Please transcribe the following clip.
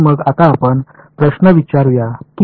तर मग आता आपण प्रश्न विचारुया का